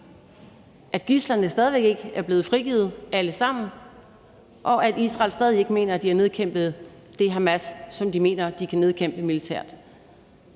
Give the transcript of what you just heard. at gidslerne stadig væk ikke alle sammen er blevet frigivet, og at Israel stadig ikke mener, at de har nedkæmpet det Hamas, som de mener de kan nedkæmpe militært.